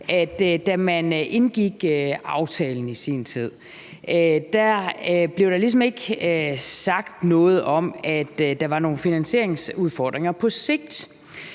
da man indgik aftalen i sin tid, blev der ligesom ikke sagt noget om, at der var nogle finansieringsudfordringer på sigt.